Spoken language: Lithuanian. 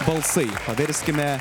balsai paverskime